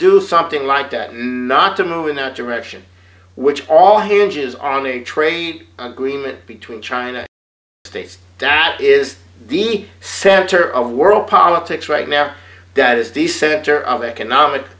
do something like that and not to move in that direction which all hinges on the trade agreement between china states that is the center of world politics right now that is the center of economic